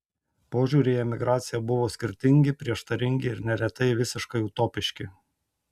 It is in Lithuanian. požiūriai į emigraciją buvo skirtingi prieštaringi ir neretai visiškai utopiški